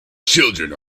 children